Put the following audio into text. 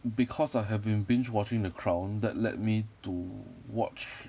because I have been binge watching the crown that led me to watch